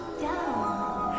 down